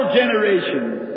generations